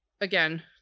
again